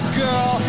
girl